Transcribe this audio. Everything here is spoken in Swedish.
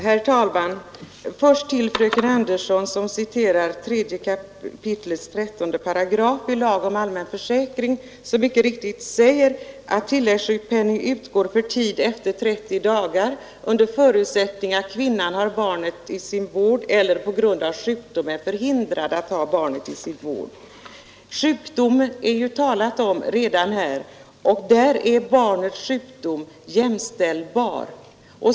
Herr talman! Fröken Andersson i Stockholm citerade 3 kap. 13 § lagen om allmän försäkring, som mycket riktigt stadgar att tilläggssjukpenning utgår fr.o.m. den trettionde dagen efter förlossningsdagen endast om kvinnan har eller på grund av sjukdom är förhindrad att ha barnet i sin vård. Redan där talas det om sjukdom, och då är barnets sjukdom jämställbar.